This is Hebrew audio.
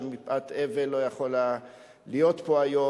שמפאת אבל לא יכול היה להיות פה היום,